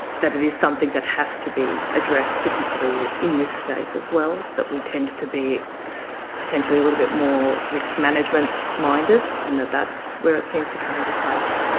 that it is something that has to be addressed particularly in this state as well, that we tend to be potentially a little bit more risk management minded and that that's where it seems to come into place.